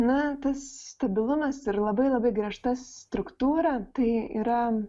na tas stabilumas ir labai labai griežta struktūra tai yra